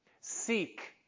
Seek